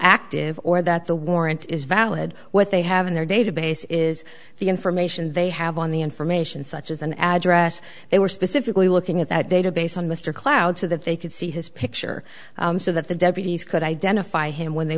active or that the warrant is valley what they have in their database is the information they have on the information such as an address they were specifically looking at that database on mr cloud so that they could see his picture so that the deputies could identify him when they